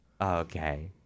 Okay